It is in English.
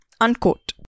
unquote